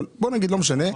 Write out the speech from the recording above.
אבל בוא נגיד שזה לא משנה.